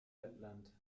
lettland